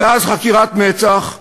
ואז חקירת מצ"ח מתקיימת,